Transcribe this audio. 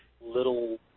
little